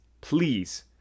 please